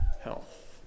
health